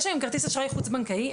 יש היום כרטיס אשראי חוץ בנקאי,